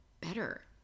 better